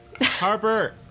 Harper